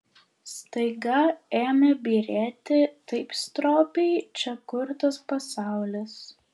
staiga ėmė byrėti taip stropiai čia kurtas pasaulis